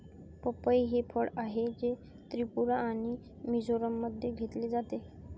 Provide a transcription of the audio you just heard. पपई हे फळ आहे, जे त्रिपुरा आणि मिझोराममध्ये घेतले जाते